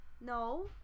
No